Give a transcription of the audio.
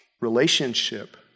relationship